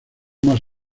más